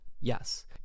Yes